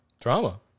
Drama